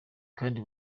kandi